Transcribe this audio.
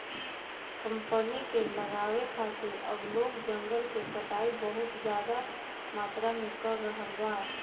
company के लगावे खातिर अब लोग जंगल के कटाई बहुत ज्यादा मात्रा में कर रहल बा